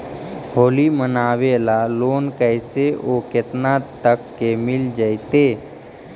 होली मनाबे ल लोन कैसे औ केतना तक के मिल जैतै?